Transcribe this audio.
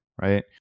right